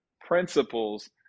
principles